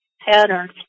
patterns